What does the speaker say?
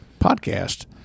podcast